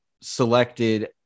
selected